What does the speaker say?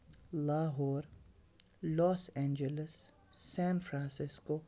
Lahore Los Angeles San Francisco